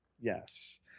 Yes